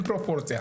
אין פרופורציה